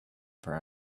per